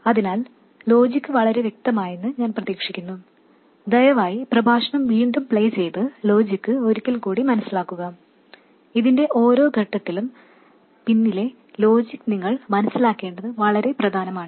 അതിനാൽ ലോജിക് വളരെ വ്യക്തമാണെന്ന് ഞാൻ പ്രതീക്ഷിക്കുന്നു ദയവായി പ്രഭാഷണം വീണ്ടും പ്ലേ ചെയ്ത് ലോജിക് ഒരിക്കൽ കൂടി മനസിലാക്കുക ഇതിന്റെ ഓരോ ഘട്ടത്തിനും പിന്നിലെ ലോജിക് നിങ്ങൾ മനസ്സിലാക്കേണ്ടത് വളരെ പ്രധാനമാണ്